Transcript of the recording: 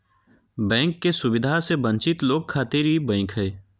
bank के सुविधा से वंचित लोग खातिर ई बैंक हय